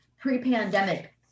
pre-pandemic